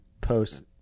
post